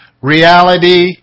reality